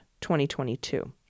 2022